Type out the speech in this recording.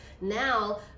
Now